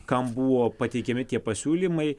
kam buvo pateikiami tie pasiūlymai